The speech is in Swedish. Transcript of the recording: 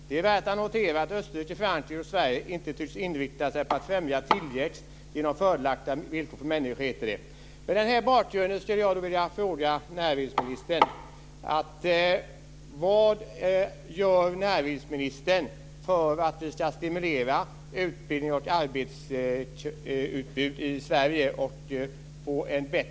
Det är värt att notera att Österrike, Frankrike och Sverige inte tycks inrikta sig på att främja tillväxt genom fördelaktiga villkor för människor, heter det.